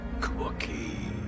cookie